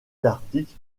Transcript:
l’article